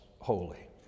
holy